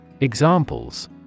Examples